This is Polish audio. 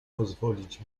pozwolić